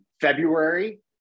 february